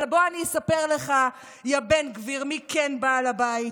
אבל בוא אני אספר לך, יא בן גביר, מי כן בעל הבית: